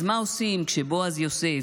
אז מה עושים כשבועז יוסף,